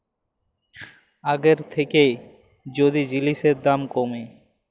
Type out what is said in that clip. আগের থ্যাইকে যদি জিলিসের দাম ক্যমে